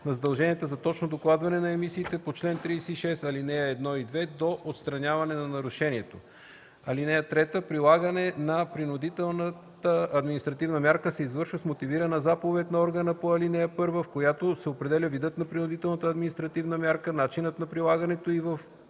на задълженията за точно докладване на емисиите по чл. 36, aл. 1 и 2 до отстраняване на нарушението. (3) Прилагането на принудителната административна мярка се извършва с мотивирана заповед на органа по ал. 1, в която се определя видът на принудителната административна мярка, начинът на прилагането й и